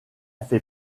fait